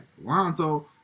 Lonzo